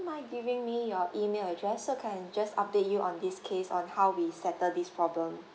mind giving me your email address so I can just update you on this case on how we settle this problem